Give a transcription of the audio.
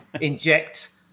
inject